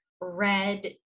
red